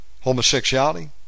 Homosexuality